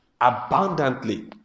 abundantly